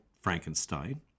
Frankenstein